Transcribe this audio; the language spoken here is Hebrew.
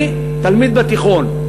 איך מקימים עסק קטן.